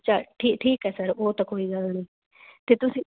ਚੱਲ ਠੀ ਠੀਕ ਹੈ ਸਰ ਉਹ ਤਾਂ ਕੋਈ ਗੱਲ ਨਹੀਂ ਅਤੇ ਤੁਸੀਂ